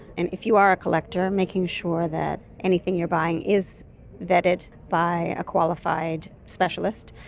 and if you are a collector, making sure that anything you're buying is vetted by a qualified specialist.